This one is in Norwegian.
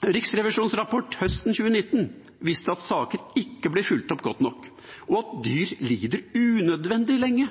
Riksrevisjonens rapport høsten 2019 viste at saker ikke blir fulgt opp godt nok, og at dyr lider unødvendig lenge.